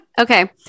Okay